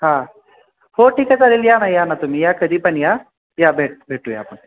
हां हो ठीक आहे चालेल या ना या ना तुम्ही या कधी पण या भेट भेटूया आपण